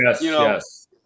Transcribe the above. Yes